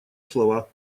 слова